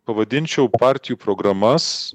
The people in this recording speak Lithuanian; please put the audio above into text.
pavadinčiau partijų programas